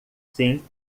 sim